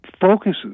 focuses